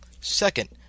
Second